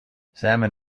salmon